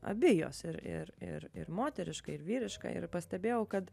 abi jos ir ir ir ir moteriška ir vyriška ir pastebėjau kad